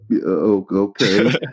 okay